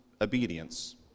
obedience